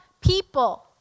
people